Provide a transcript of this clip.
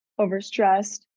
overstressed